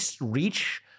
reach